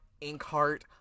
inkheart